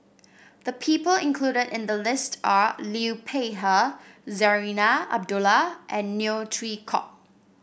the people included in the list are Liu Peihe Zarinah Abdullah and Neo Chwee Kok